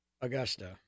Augusta